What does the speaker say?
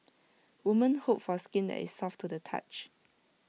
woman hope for skin that is soft to the touch